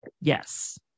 Yes